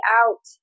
out